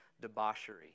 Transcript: debauchery